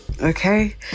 Okay